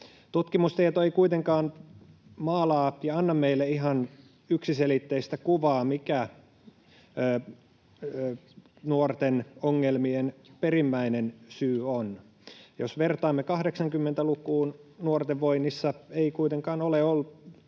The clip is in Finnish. Tutkimustieto ei kuitenkaan maalaa ja anna meille ihan yksiselitteistä kuvaa, mikä nuorten ongelmien perimmäinen syy on. Jos vertaamme 80-lukuun, nuorten vointiin ei kuitenkaan ole tullut